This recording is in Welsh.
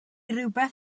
rywbeth